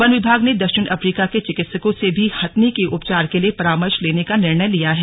one विभाग ने दक्षिण अफ्रीका के चिकित्सकों से भी हथिनी के उपचार के लिए परामर्श लेने का निर्णय लिया है